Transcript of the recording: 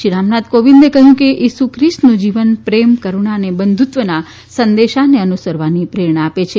શ્રી રામનાથ કોવિંદે કહ્યું કે ઇસુ ખ્રિસ્તનું જીવન પ્રેમ કરુણા અને બંધુત્વના સંદેશાને અનુસરવાની પ્રેરણા આપે છે